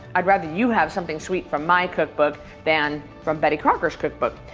i'd rather you have something sweet from my cookbook than from betty crocker's cookbook.